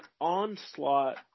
onslaught